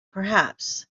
perhaps